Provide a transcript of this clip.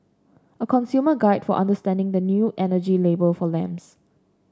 a consumer guide for understanding the new energy label for lamps